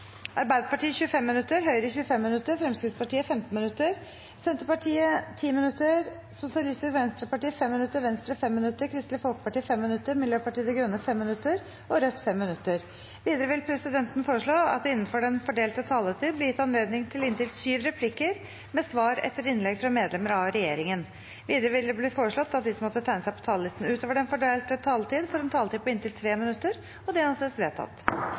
Arbeiderpartiet 25 minutter, Høyre 25 minutter, Fremskrittspartiet 15 minutter, Senterpartiet 10 minutter, Sosialistisk Venstreparti 5 minutter, Venstre 5 minutter, Kristelig Folkeparti 5 minutter, Miljøpartiet De Grønne 5 minutter og Rødt 5 minutter. Videre vil presidenten foreslå at det – innenfor den fordelte taletid – blir gitt anledning til inntil syv replikker med svar etter innlegg fra medlemmer av regjeringen, og at de som måtte tegne seg på talerlisten utover den fordelte taletid, får en taletid på inntil 3 minutter. – Det anses vedtatt.